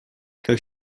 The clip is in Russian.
как